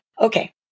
Okay